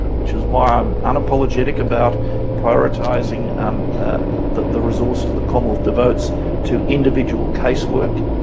which is why i'm unapologetic about prioritising um the the resources the commonwealth devotes to individual casework.